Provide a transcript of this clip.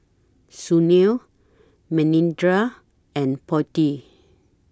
Sunil Manindra and Potti